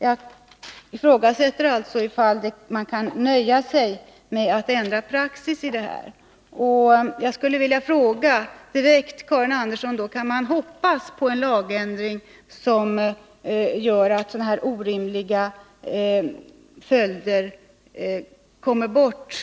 Jag ifrågasätter alltså om man kan nöja sig med att ändra praxis och skulle direkt vilja fråga Karin Andersson: Kan man hoppas på en lagändring som gör att sådana här orimliga följder inte uppstår?